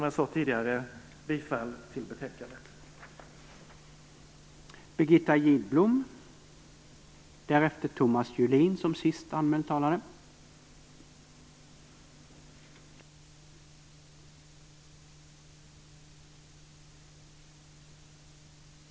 Jag yrkar bifall till utskottets hemställan.